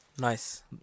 Nice